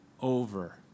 over